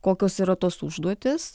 kokios yra tos užduotys